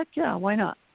like yeah, why not,